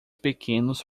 pequenos